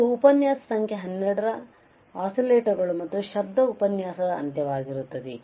ಇದು ಉಪನ್ಯಾಸ ಸಂಖ್ಯೆ 12 ಆಸಿಲೆಟರ್ ಗಳು ಮತ್ತು ಶಬ್ದ ಉಪನ್ಯಾಸದ ಅಂತ್ಯವಾಗಿರುತ್ತದೆ